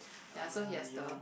ya so he has the